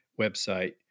website